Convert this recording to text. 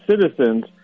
citizens